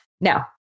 Now